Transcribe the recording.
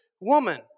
woman